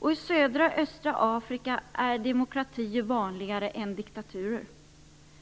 och i södra och östra Afrika är demokratier vanligare än diktaturer.